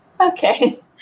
Okay